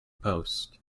post